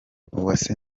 uwase